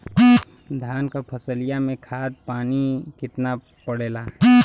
धान क फसलिया मे खाद पानी कितना पड़े ला?